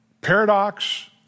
Paradox